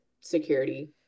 security